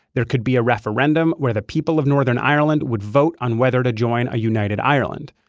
there could be a referendum where the people of northern ireland would vote on whether to join a united ireland,